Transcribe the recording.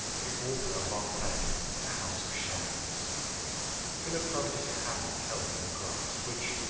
the author of our play the house of shams philip felt his hand held in a grasp which,